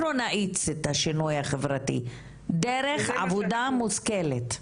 אנחנו נאיץ את השינוי החברתי דרך עבודה מושכלת.